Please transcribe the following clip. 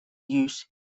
use